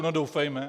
No, doufejme!